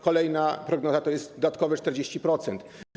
Kolejna prognoza to jest dodatkowe 40%.